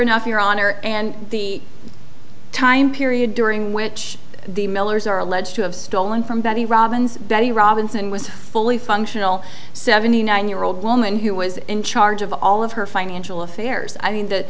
enough your honor and the time period during which the millers are alleged to have stolen from betty robbins betty robinson was fully functional seventy nine year old woman who was in charge of all of her financial affairs i mean that